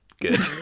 Good